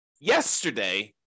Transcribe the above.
yesterday